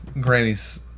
Granny's